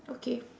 okay